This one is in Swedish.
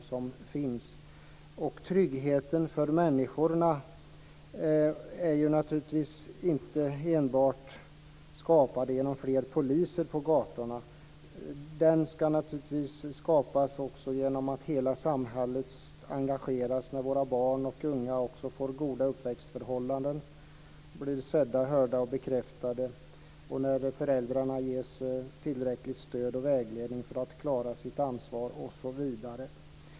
Men tryggheten för människorna skapas inte enbart genom fler poliser på gatorna. Den ska naturligtvis skapas också genom att hela samhället engageras, genom att våra barn och unga får goda uppväxtförhållanden, blir sedda, hörda och bekräftade och genom att föräldrarna ges tillräckligt med stöd och vägledning för att klara sitt ansvar osv.